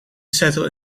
settle